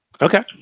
Okay